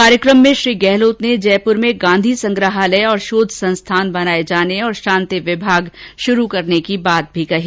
कार्यक्रम में श्री गहलोत ने जयपुर में गांधी संग्रहालय और शोध संस्थान बनाये जाने और शांति विभाग शुरू करने की भी बात कही